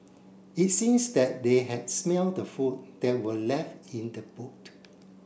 it seems that they had smell the food that were left in the boot